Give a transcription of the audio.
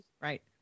Right